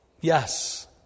Yes